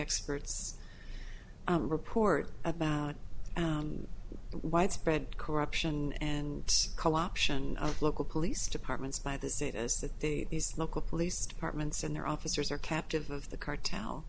experts report about widespread corruption and co option of local police departments by the state is that the these local police departments and their officers are captive of the